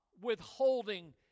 withholding